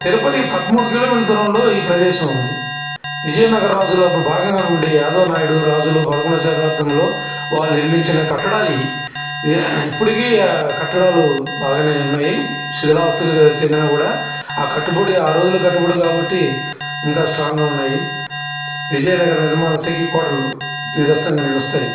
తిరుపతికి పదమూడు కిలోమీటర్ల దూరంలో ఈ ప్రదేశం ఉంది విజయనగర రాజులు అప్పుడు బాగా నుండి యాదవ నాయుడు రాజులు పదకొండవ శతాబ్దంలో వాళ్ళు నిర్మించిన కట్టడాలు ఇవి ఇప్పుడికి ఆ కట్టడాలు బాగా ఉన్నాయి శిథిలావస్థకు చెందిన కూడా ఆ కట్టుబడి ఆ రోజుల్లో కట్టుబడి కాబట్టి ఇంకా స్ట్రాంగా ఉన్నాయి విజయనగర నిర్మాణ సైకి కోటలు నిదర్శంగా నిలుస్తాయి